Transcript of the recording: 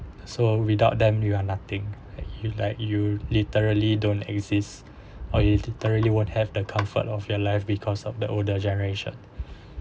so without them you are nothing like you like you literally don't exist or is literally won't have the comfort of your life because of the older generation